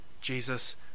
Jesus